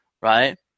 Right